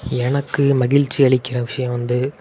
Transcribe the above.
எனக்கு மகிழ்ச்சி அளிக்கிற விஷயம் வந்து